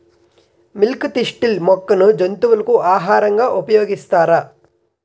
Milk thistle మొక్కను జంతువులకు ఆహారంగా ఉపయోగిస్తారా?